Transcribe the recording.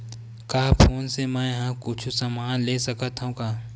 का फोन से मै हे कुछु समान ले सकत हाव का?